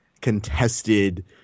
contested